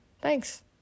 Thanks